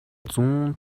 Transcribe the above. зүүн